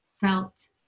felt